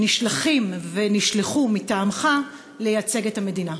שנשלחים ונשלחו מטעמך לייצג את המדינה?